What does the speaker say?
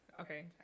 okay